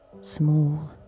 small